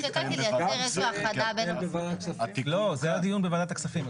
לייצר איזושהי האחדה בין ------ זה היה דיון בוועדת הכספים.